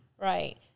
Right